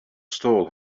stall